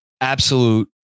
Absolute